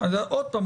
עוד פעם,